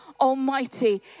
Almighty